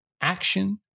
action